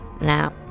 Now